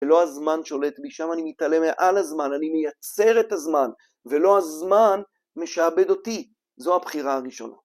ולא הזמן שולט בי, שם אני מתעלה מעל הזמן, אני מייצר את הזמן ולא הזמן משעבד אותי, זו הבחירה הראשונה.